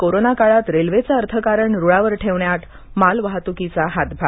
corona काळात रेल्वेचं अर्थकारण रुळावर ठेवण्यात मालवाहतूकीचा हातभार